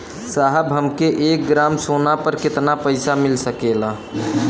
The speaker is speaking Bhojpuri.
साहब हमके एक ग्रामसोना पर कितना पइसा मिल सकेला?